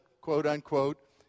quote-unquote